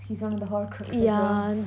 he is one of the horcrux as well